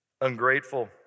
Ungrateful